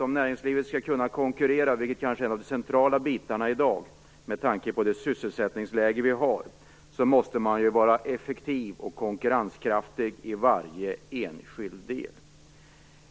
Om näringslivet skall kunna konkurrera, vilket är centralt i dag med tanke på det sysselsättningsläge vi har, måste man vara effektiv och konkurrenskraftig i varje enskild del.